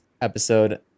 episode